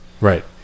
Right